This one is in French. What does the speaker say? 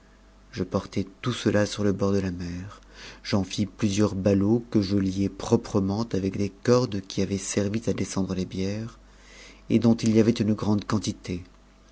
je portai tout cela sur le bord de la pr j'en fis plusieurs ballots que je liai proprement avec des cordes qui mient servi à descendre les bières et dont il y avait une grande quantité